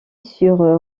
sur